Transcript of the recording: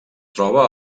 troba